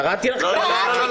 קראתי לך כלבלבה.